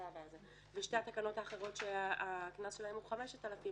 בשתי התקנות האחרות שהקנס בהן הוא 5,000,